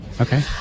Okay